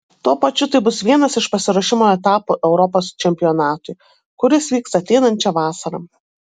tuo pačiu tai bus vienas iš pasiruošimo etapų europos čempionatui kuris vyks ateinančią vasarą